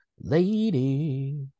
Lady